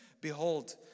behold